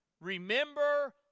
Remember